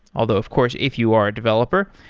although of course if you are a developer,